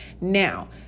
Now